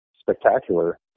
spectacular